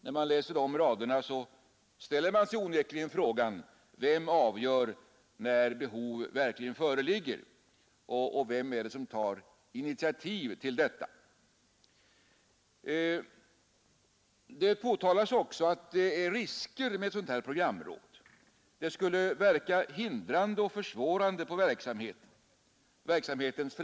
När man läser detta uttalande ställer man sig onekligen frågan: Vem avgör när behovet verkligen föreligger och vem är det som tar initiativ till en sådan diskussion? Det påtalas också att det skulle vara risker förenade med ett sådant programråd. Det skulle verka hindrande och försvårande på verksamhetens fria utövande.